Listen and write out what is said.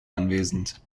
anwesend